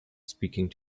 speaking